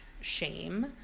shame